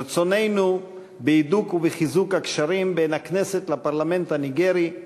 רצוננו בהידוק ובחיזוק הקשרים בין הכנסת לפרלמנט הניגרי.